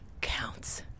Counts